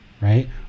right